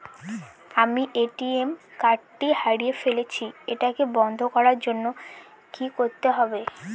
আমি ATM card টি হারিয়ে ফেলেছি এটাকে বন্ধ করার জন্য কি করতে হবে?